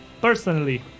personally